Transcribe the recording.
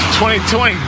2020